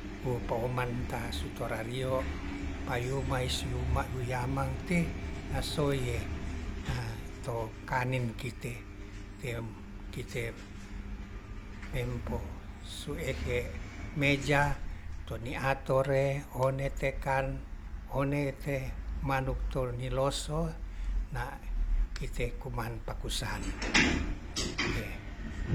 Wo pooman ta sutorario payumais wuyamang te na soye na to kanen kite tem kite mempo su'ehe meja toni atore one tekan one te manuk to linoso na kite kumanpak kusan tie